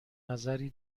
نظری